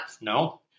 No